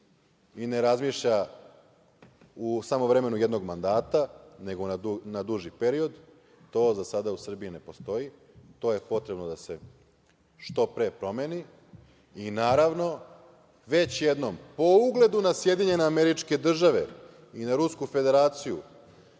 i ne razmišlja samo u vremenu jednog mandata, nego na duži period. To za sada u Srbiji ne postoji. To je potrebno da se što pre promeni. Naravno, već jednom, po ugledu na SAD i na Rusku Federaciju,